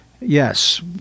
Yes